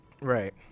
Right